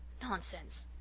nonsense!